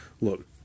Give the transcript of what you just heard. Look